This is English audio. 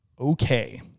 Okay